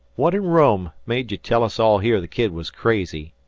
what in rome made ye tell us all here the kid was crazy?